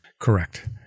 Correct